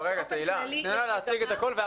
לא, רגע, תהלה, תני לה להציג את הכול.